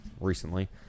recently